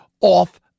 off